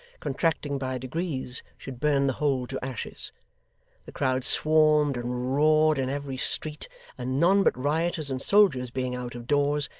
contracting by degrees, should burn the whole to ashes the crowd swarmed and roared in every street and none but rioters and soldiers being out of doors,